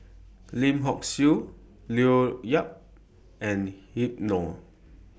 Lim Hock Siew Leo Yip and Habib Noh